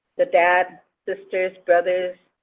the dad, sisters, brothers,